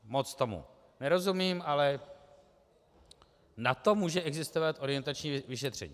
Moc tomu nerozumím, ale na to může existovat orientační vyšetření.